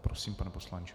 Prosím, pane poslanče.